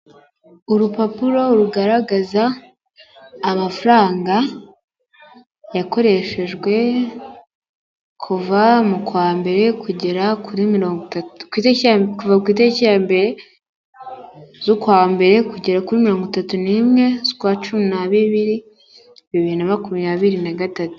Urupapuro rugaragaza amafaranga yakoreshejwe kuva mu kwa mbere kuva ku itariki ya mbere z'ukwa mbere kugera kuri mirongo itatu n'imwe z'ukwa cumi n'abiri, bibiri na makumyabiri n'agatatu.